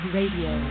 Radio